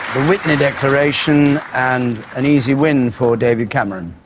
witney declaration and an easy win for david cameron.